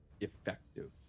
effective